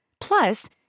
Plus